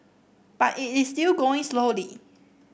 but it is still going slowly